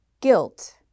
Guilt